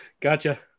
Gotcha